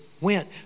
went